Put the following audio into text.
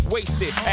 Wasted